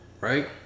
Right